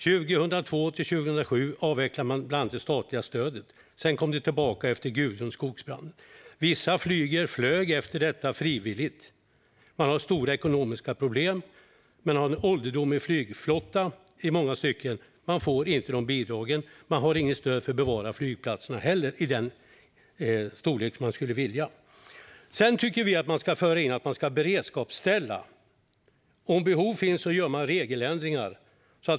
Under 2002-2007 avvecklade man bland annat det statliga stödet. Sedan infördes det igen efter stormen Gudrun. Vissa flög frivilligt efter denna. Man har stora ekonomiska problem med en i många stycken ålderdomlig flygflotta. Man får inte några bidrag. Det finns inte heller något stöd för att behålla flygplatserna i den storlek som man skulle vilja. Sedan tycker vi att man ska kunna beredskapsställa. Om behov finns gör man regeländringar.